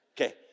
Okay